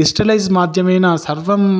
डिस्टलैस् माध्यमेन सर्वम्